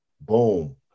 Boom